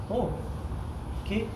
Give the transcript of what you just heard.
oh okay